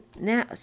now